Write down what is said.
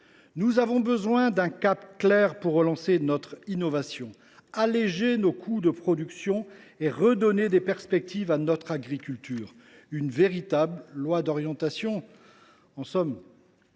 Nous avons besoin d’un cap clair pour relancer notre innovation, alléger nos coûts de production et redonner des perspectives à notre agriculture – une véritable loi d’orientation en somme.